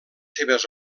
seves